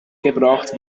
gebracht